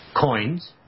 coins